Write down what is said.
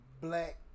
black